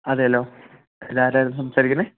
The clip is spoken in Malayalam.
അതേലോ ഇത് ആരായിരുന്നു സംസാരിക്കുന്നത്